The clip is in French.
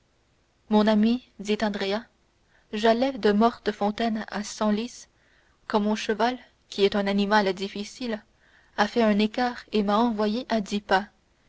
mon ami dit andrea j'allais de mortefontaine à senlis quand mon cheval qui est un animal difficile a fait un écart et m'a envoyé à dix pas